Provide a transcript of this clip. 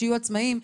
שיהיו עצמאים,